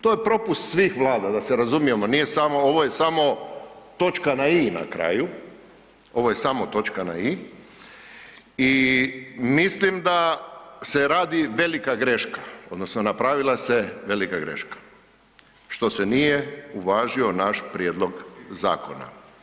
To je propust svih vlada da se razumijemo, ovo je samo točka na i na kraju, ovo je samo točka na i. I mislim da se radi velika greška odnosno napravila se velika greška što se nije uvažio naš prijedlog zakona.